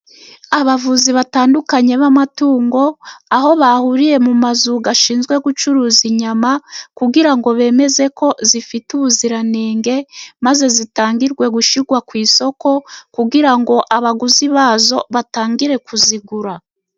Abavuzi batandukanye b'amatungo, aho bahuriye mu mazu ashinzwe gucuruza inyama, kugira ngo bemeze ko zifite ubuziranenge, maze zitangirwe gushirwa ku isoko, kugira ngo abaguzi bazo batangire kuzigura.